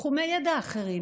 מתחומי ידע אחרים,